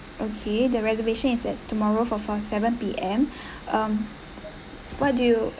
okay the reservation is at tomorrow for four seven P_M um what do you